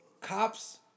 Cops